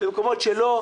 במקומות שלא,